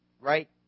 right